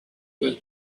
was